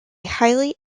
highly